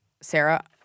Sarah